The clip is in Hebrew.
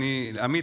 עמית,